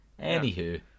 Anywho